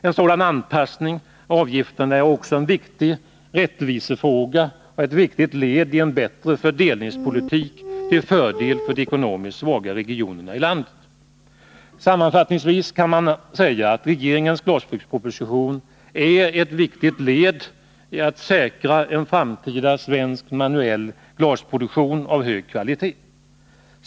En sådan anpassning av avgifterna är också en viktig rättvisefråga och ett led i en bättre fördelningspolitik till fördel för de ekonomiskt svagare regionerna i landet. Sammanfattingsvis kan man säga att regeringens glasbruksproposition är ett viktigt led när det gäller att säkra en framtida svensk manuell glasbruksproduktion av hög kvalitet.